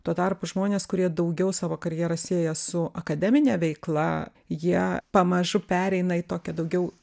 tuo tarpu žmonės kurie daugiau savo karjerą sieja su akademine veikla jie pamažu pereina į tokią daugiau